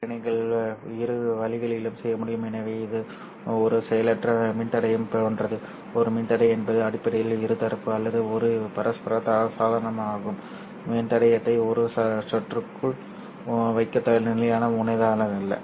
இந்த கப்ளரை நீங்கள் இரு வழிகளிலும் செய்ய முடியும் எனவே இது ஒரு செயலற்ற மின்தடையம் போன்றது ஒரு மின்தடை என்பது அடிப்படையில் இருதரப்பு அல்லது ஒரு பரஸ்பர சாதனம் ஆகும் மின்தடையத்தை ஒரு சுற்றுக்குள் வைக்க நிலையான முனையம் இல்லை